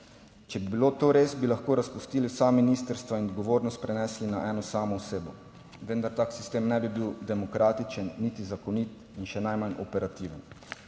Če bi bilo to res, bi lahko razpustili vsa ministrstva in odgovornost prenesli na eno samo osebo, vendar tak sistem ne bi bil demokratičen niti zakonit in še najmanj operativen.